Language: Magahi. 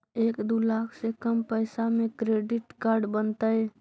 एक दू लाख से कम पैसा में क्रेडिट कार्ड बनतैय?